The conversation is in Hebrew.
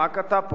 רק אתה פה